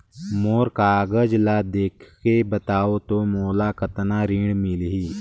मोर कागज ला देखके बताव तो मोला कतना ऋण मिलही?